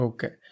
Okay